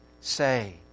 say